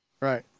Right